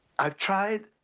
i've tried.